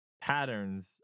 patterns